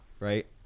Right